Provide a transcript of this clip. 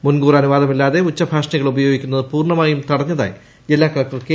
മുൻകൂർ അനുവാദമില്ലാതെ ഉച്ചഭാഷിണികൾ ഉപയോഗിക്കുന്നത് പൂർണമായും തടഞ്ഞതായി ജില്ലാ കളക്ടർ കെ